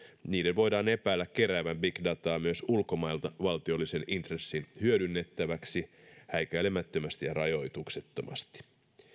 voidaan epäillä keräävän big dataa myös ulkomailta valtiollisten intressien hyödynnettäväksi häikäilemättömästi ja rajoituksettomasti